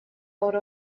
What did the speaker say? obra